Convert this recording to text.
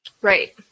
Right